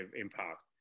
impact